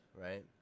Right